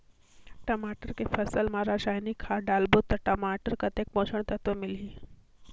टमाटर के फसल मा रसायनिक खाद डालबो ता टमाटर कतेक पोषक तत्व मिलही?